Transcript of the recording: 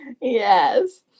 Yes